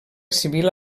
civil